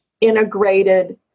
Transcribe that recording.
integrated